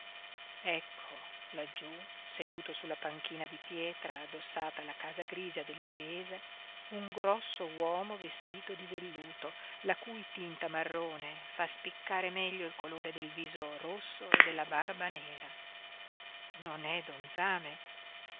ecco laggiú seduto sulla panchina di pietra addossata alla casa grigia del milese un grosso uomo vestito di velluto la cui tinta marrone fa spiccare meglio il colore del viso rosso e della barba nera non è don